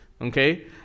okay